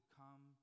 come